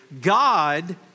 God